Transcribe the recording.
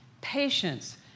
patience